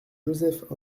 joseph